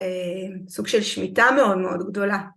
סוג של שמיטה מאוד מאוד גדולה.